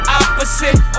opposite